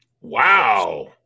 Wow